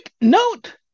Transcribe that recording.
note